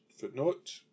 footnote